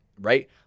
Right